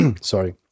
Sorry